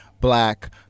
black